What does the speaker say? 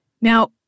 Now